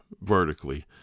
vertically